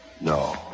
No